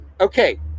Okay